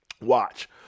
Watch